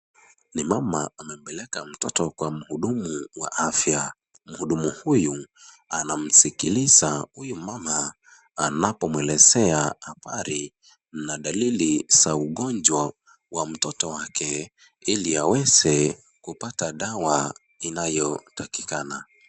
Ni mama amepeleka mtoto wake kwa muhudumu wa afya, muhudumu huyu anamsikiliza huyu mama, anapomuelezea habari na dalili za ugonjwa wa mtoto wake, ili aweze kupata dawa inayo takikana.